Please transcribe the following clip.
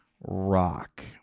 rock